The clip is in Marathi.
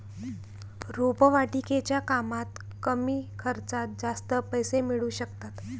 रोपवाटिकेच्या कामात कमी खर्चात जास्त पैसे मिळू शकतात